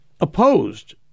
Opposed